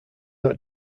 not